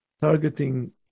targeting